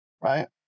Right